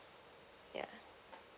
yeah